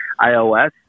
iOS